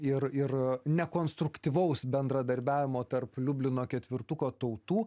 ir ir nekonstruktyvaus bendradarbiavimo tarp liublino ketvirtuko tautų